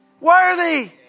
worthy